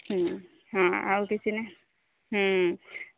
ହୁଁ ହଁ ଆଉ କିଛି ନାଇଁ ହୁଁ